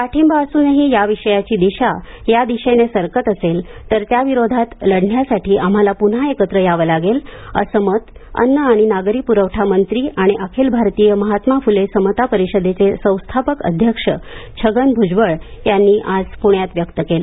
पाठिंबा असूनही या विषयाची दिशा या दिशेने सरकत असेल तर त्याविरोधात लढण्यासाठी आम्हाला पुन्हा एकत्र यावं लागेल असं मत अन्न आणि नागरी पुरवठा मंत्री आणि अखिल भारतीय महात्मा फुले समता परिषदेचे संस्थापक अध्यक्ष छगन भुजबळ यांनी आज पृण्यात व्यक्त केलं